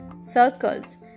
circles